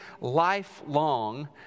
lifelong